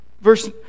Verse